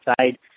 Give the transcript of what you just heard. side